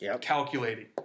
Calculating